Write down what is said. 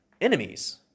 enemies